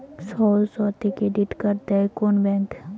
সহজ শর্তে credit card দেয় কোন ব্যাংক?